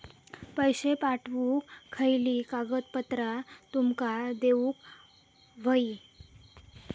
पैशे पाठवुक खयली कागदपत्रा तुमका देऊक व्हयी?